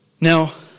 Now